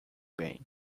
bem